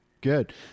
good